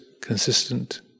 consistent